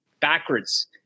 backwards